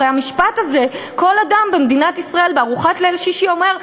הרי את המשפט הזה כל אדם במדינת ישראל בארוחת ליל שישי אומר: